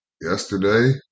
Yesterday